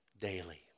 daily